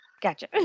Gotcha